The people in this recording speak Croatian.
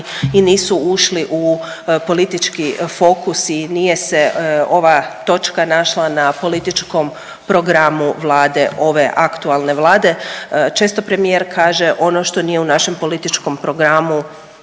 i nisu ušli u politički fokus i nije se ova točka našla na političkom programu Vlade, ove aktualne Vlade. Često premijer kaže ono što nije u našem političkom programu